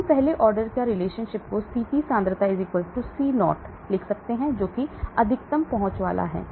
इसलिए हम पहले ऑर्डर रिलेशनशिप को ct सांद्रता C0 लिख सकते हैं जो कि अधिकतम पहुंच वाला है